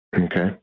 Okay